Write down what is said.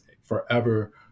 forever